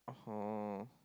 oh